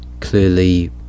clearly